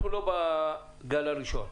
אנחנו לא בגל הראשון,